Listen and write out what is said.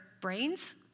brains